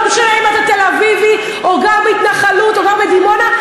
לא משנה אם אתה תל-אביבי או גר בהתנחלות או גר בדימונה,